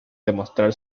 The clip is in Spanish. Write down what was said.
demostrar